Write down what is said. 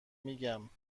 میگم